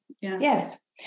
Yes